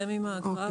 לפקודה.